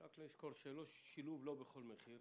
רק לזכור: שילוב לא בכל מחיר.